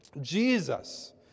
Jesus